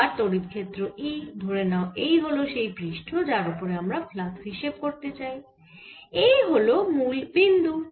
এবার তড়িৎ ক্ষেত্র E ধরে নাও এই হল সেই পৃষ্ঠ যার ওপরে আমরা ফ্লাক্স হিসেব করতে চাই এই হল মুল বিন্দু